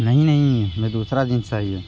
नहीं नहीं हमें दूसरा जींस चाहिए